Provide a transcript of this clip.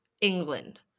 England